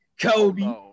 Kobe